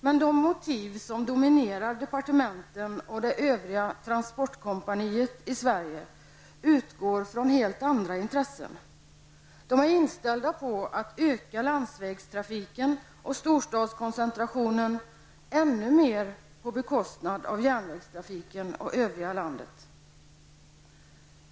Men de motiv som dominerar departementen och det övriga ''transportkompaniet'' i Sverige utgår i från helt andra intressen. De utgår från att man skall öka landsvägstrafiken och storstadskoncentrationen ännu mer på bekostnad av järnvägstrafiken och övriga landet.